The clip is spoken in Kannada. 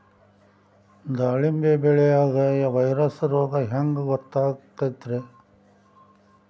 ದಾಳಿಂಬಿ ಬೆಳಿಯಾಗ ವೈರಸ್ ರೋಗ ಹ್ಯಾಂಗ ಗೊತ್ತಾಕ್ಕತ್ರೇ?